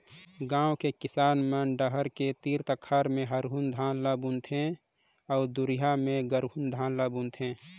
गांव के किसान मन डहर के तीर तखार में हरहून धान ल बुन थें अउ दूरिहा में गरहून धान ल बून थे